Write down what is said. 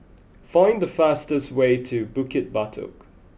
find the fastest way to Bukit Batok